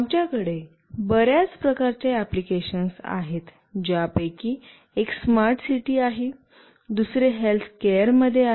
आमच्याकडे बर्याच प्रकारचे एप्लिकेशन्स आहेत ज्यांपैकी एक स्मार्ट सिटी आहे दुसरे हेल्थकेअरमध्ये आहे